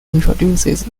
introduces